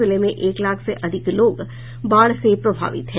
जिले में एक लाख से अधिक लोग बाढ़ से प्रभावित हैं